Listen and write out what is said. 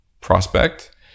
prospect